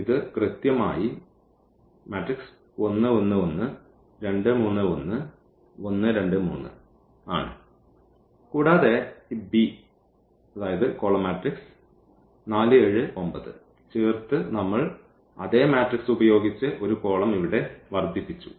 ഇത് കൃത്യമായി ആണ് കൂടാതെ ഈ ബി ചേർത്ത് നമ്മൾ അതേ മാട്രിക്സ് ഉപയോഗിച്ച് ഒരു കോളം ഇവിടെ വർദ്ധിപ്പിച്ചു